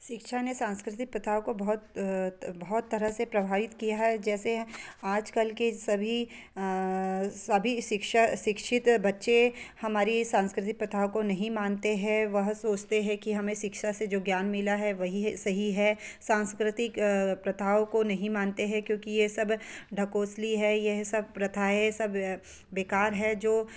शिक्षा ने सांस्कृतिक प्रथाओं को बहुत बहुत तरह से प्रभावित किया है जैसे आज कल के सभी सभी शिक्षा शिक्षित बच्चे हमारी सांस्कृतिक प्रथाओं को नहीं मानते हैं वह सोचते हैं की हमें शिक्षा से जो ज्ञान मिला है वही सही है सांस्कृतिक प्रथाओं को नहीं मानते हैं क्योंकि यह सब ढकोसली है यह सब प्रथाएँ यह सब बेकार है जो